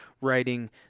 writing